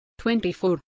24